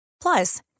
Plus